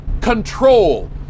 control